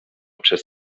przez